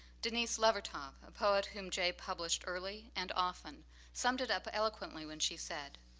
denise levertov, a poet whom jay published early and often summed it up eloquently when she said,